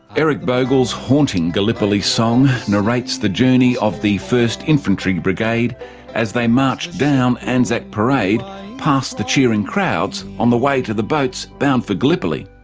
eric boggle's haunting gallipoli song narrates the journey of the first infantry brigade as they marched down anzac parade past the cheering crowds on the way to the boats bound for gallipoli.